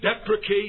deprecate